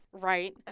right